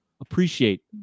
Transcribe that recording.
appreciate